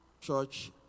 church